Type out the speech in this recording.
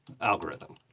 algorithm